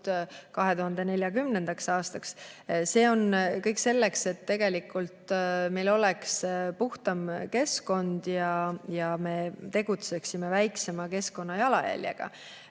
2040. aastaks. See kõik on selleks, et meil oleks puhtam keskkond ja me tegutseksime väiksema keskkonnajalajäljega.